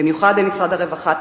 במיוחד במשרד הרווחה,